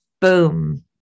Boom